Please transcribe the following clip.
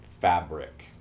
fabric